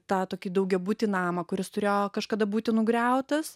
tą tokį daugiabutį namą kuris turėjo kažkada būti nugriautas